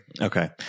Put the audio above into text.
Okay